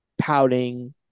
pouting